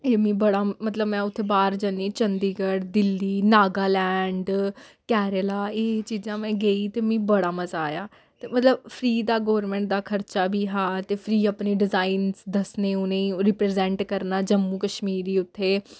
एह् मिगी बड़ा मतलब में उत्थै बाह्र जन्नी चंडीगढ़ दिल्ली नागालैंड केरला एह् चीजां में गेई ते मिगी बड़ा मजा आया ते मतलब फ्री दा गौरमैंट दा खर्चा बी हा ते फ्री अपने डिजाइनस दस्सने उ'नेंई ओह् रिप्रजैंट करना जम्मू कश्मीर गी उत्थै